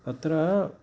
अत्र